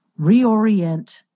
reorient